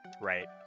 right